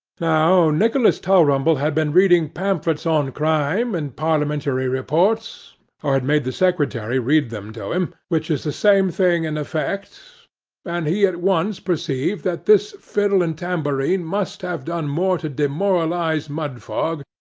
now nicholas tulrumble had been reading pamphlets on crime, and parliamentary reports or had made the secretary read them to him, which is the same thing in effect and he at once perceived that this fiddle and tambourine must have done more to demoralize mudfog,